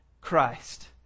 Christ